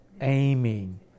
aiming